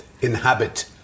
inhabit